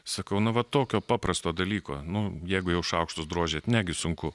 sakau na va tokio paprasto dalyko nu jeigu jau šaukštus drožiate negi sunku